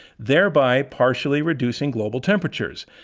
thereby partially reducing global temperatures.